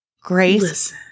Grace